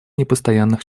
непостоянных